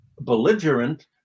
belligerent